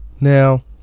Now